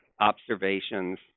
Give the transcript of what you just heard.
observations